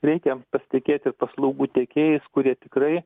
reikia pasitikėti paslaugų tiekėjais kurie tikrai